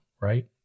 right